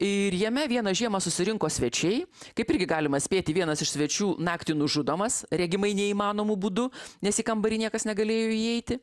ir jame vieną žiemą susirinko svečiai kaip irgi galima spėti vienas iš svečių naktį nužudomas regimai neįmanomu būdu nes į kambarį niekas negalėjo įeiti